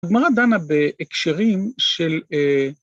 הגמרא דנה בהקשרים של...